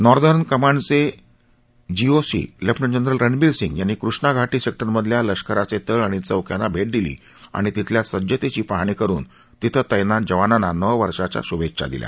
northern कमांडचे GOC lieutenant general Ranbir Singh यांनी कृष्णा घाटी सेक्टरमधल्या लष्कराचे तळ आणि चौक्यांना भेट दिली आणि तिथल्या सज्जतेची पाहणी करून तिथं तैनात जवानांना नववर्षाच्या शुभेच्छा दिल्या